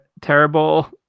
terrible